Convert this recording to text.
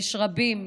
יש רבים,